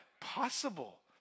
possible